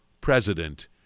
president